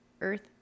earth